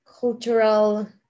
cultural